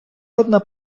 одна